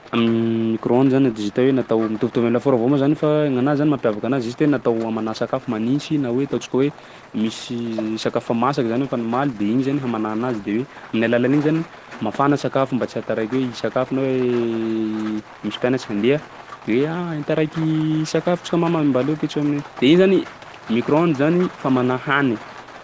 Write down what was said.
Micro-onde zany de juste hoe natao mitovitovy am'lafaoro avao moa zany fa gny anazy zany mampiavaka anazy juste hoe natao hamanà sakafo manintsy na hoe ataontsika hoe misy sakafo fa masaky zany fa n'omaly de igny zany hamanà anazy de hoe amin'ny alalan'igny zany mafana sakafo mba tsy hahataraiky hoe hisakafo na hoe misy mpianatsy handeha de hoe: aaa taraiky sakafo tsika mama mba aleo ketreho amin'ny, de igny zany micro-onde zany famanà hany.